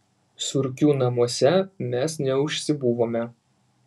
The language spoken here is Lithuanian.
surkių namuose mes neužsibuvome